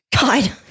God